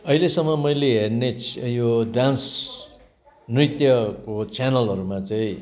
अहिलेसम्म मैले हेर्ने च्य यो डान्स नृत्यको च्यान्लहरूमा चाहिँ